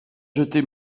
jeté